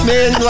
Man